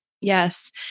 Yes